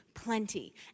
plenty